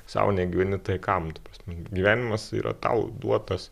sau negyveni tai kam ta prasme gyvenimas yra tau duotas